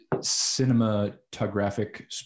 cinematographic